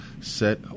set